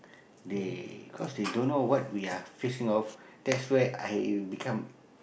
they cause they don't know what we are facing off that's where I become